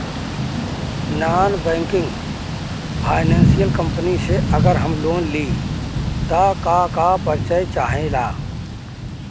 Non banking financial company से अगर हम लोन लि त का का परिचय चाहे ला?